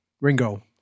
ringo